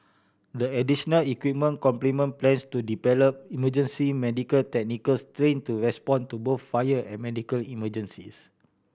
the additional equipment complement plans to deploy emergency medical technicians train to respond to both fire and medical emergencies